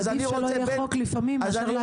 עדיף שלא יהיה חוק לפעמים מאשר --- אז אני